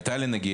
הייתה לי נגיעה,